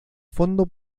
fondo